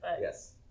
Yes